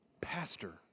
Pastor